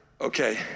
Okay